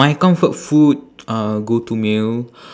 my comfort food uh go to meal